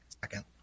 Second